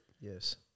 Yes